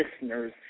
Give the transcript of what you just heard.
listeners